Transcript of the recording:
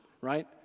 right